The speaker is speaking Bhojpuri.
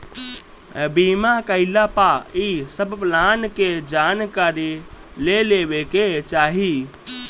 बीमा कईला पअ इ सब प्लान के जानकारी ले लेवे के चाही